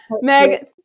Meg